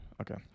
Okay